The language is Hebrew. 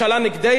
עוד 12,